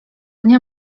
dnia